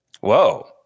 Whoa